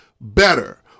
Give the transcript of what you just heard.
better